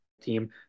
team